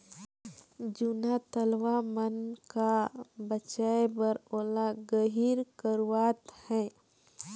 जूना तलवा मन का बचाए बर ओला गहिर करवात है